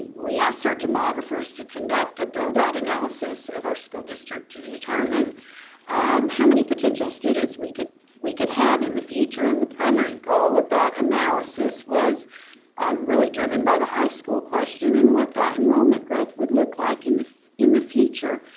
we asked our demographers to conduct a build-out analysis of our school district to to determine how many potential students we could we could have in the future, and the primary goal of that analysis was really driven by the high school question and what that enrollment growth would look like in the in the future.